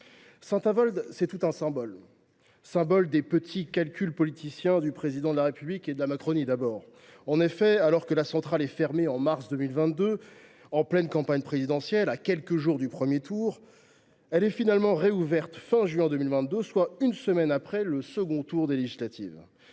Saint Avold, c’est tout un symbole des petits calculs politiciens du Président de la République et de la Macronie. En effet, alors que la centrale est fermée en mars 2022, en pleine campagne présidentielle et à quelques jours du premier tour des élections, elle est finalement rouverte à la fin du mois de juin 2022, soit une semaine après le second tour des législatives.